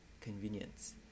convenience